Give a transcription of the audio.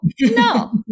no